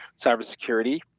cybersecurity